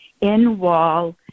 in-wall